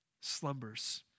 slumbers